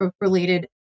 related